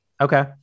Okay